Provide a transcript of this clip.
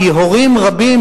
כי הורים רבים,